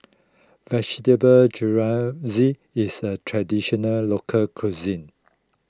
Vegetable Jalfrezi is a Traditional Local Cuisine